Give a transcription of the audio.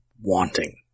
wanting